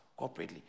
corporately